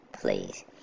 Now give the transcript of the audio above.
Please